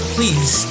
Please